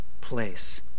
place